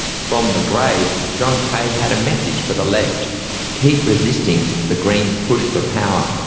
from the grave, john kaye had a message for the left keep resisting the greens' push for power.